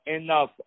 enough